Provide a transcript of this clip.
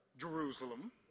Jerusalem